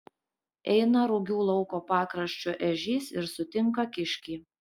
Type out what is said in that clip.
eina rugių lauko pakraščiu ežys ir sutinka kiškį